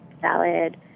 salad